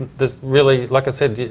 there's really. like i said,